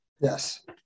Yes